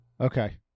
okay